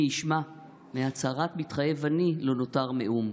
מי ישמע / מהצהרת "מתחייב אני" לא נותר מאום.